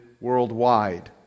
worldwide